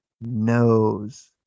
knows